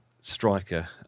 striker